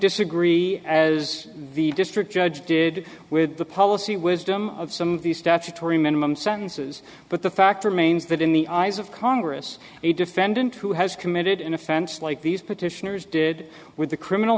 disagree as the district judge did with the policy wisdom of some of the statutory minimum sentences but the fact remains that in the eyes of congress a defendant who has committed an offense like these petitioners did with a criminal